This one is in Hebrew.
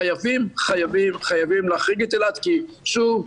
חייבים להחריג את אילת, כי שוב,